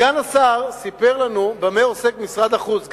סגן השר סיפר לנו במה עוסק משרד החוץ,